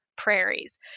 prairies